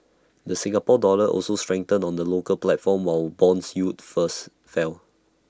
the Singapore dollar also strengthened on the local platform while Bond yields first fell